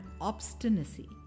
obstinacy